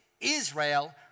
Israel